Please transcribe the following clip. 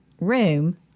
Room